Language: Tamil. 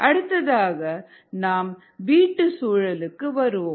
அடுத்ததாக நாம் வீட்டு சூழலுக்கு வருவோம்